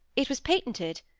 it was patented.